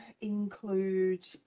include